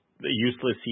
useless